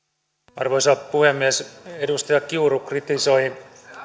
arvoisa puhemies edustaja kiuru kritisoi